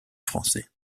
français